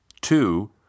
Two